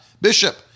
Bishop